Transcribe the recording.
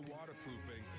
Waterproofing